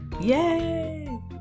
yay